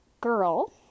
Girl